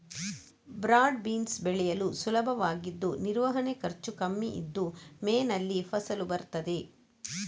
broad beans ಬೆಳೆಯಲು ಸುಲಭವಾಗಿದ್ದು ನಿರ್ವಹಣೆ ಖರ್ಚು ಕಮ್ಮಿ ಇದ್ದು ಮೇನಲ್ಲಿ ಫಸಲು ಬರ್ತದೆ